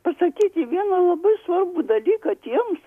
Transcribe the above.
pasakyti vieną labai svarbų dalyką tiems